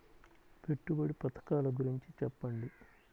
పెట్టుబడి పథకాల గురించి చెప్పండి?